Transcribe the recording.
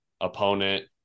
opponent